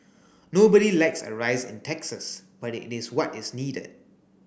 nobody likes a rise in taxes but it is what is needed